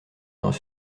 dans